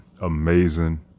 amazing